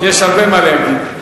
יש הרבה מה להגיד.